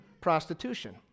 prostitution